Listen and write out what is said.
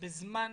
בזמן